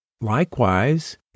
Likewise